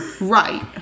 Right